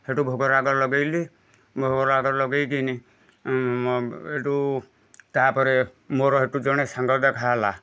ହେଠୁ ଭୋଗରାଗ ଲଗେଇଲି ଭୋଗରାଗ ଲଗେଇକି ହେଟୁ ତାପରେ ମୋର ହେଟୁ ଜଣେ ସାଙ୍ଗ ଦେଖା ହେଲା